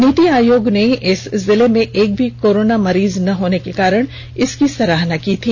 नीति आयोग ने इस जिले में एक भी कोरोना का मरीज न होने के कारण इसकी सराहना की थी